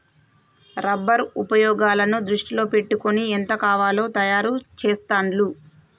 rubber ఉపయోగాలను దృష్టిలో పెట్టుకొని ఎంత కావాలో తయారు చెస్తాండ్లు